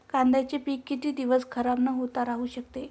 कांद्याचे पीक किती दिवस खराब न होता राहू शकते?